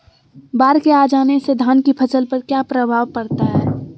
बाढ़ के आ जाने से धान की फसल पर किया प्रभाव पड़ता है?